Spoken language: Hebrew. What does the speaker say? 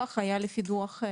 כולם כתבו,